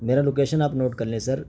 میرا لوکیشن آپ نوٹ کر لیں سر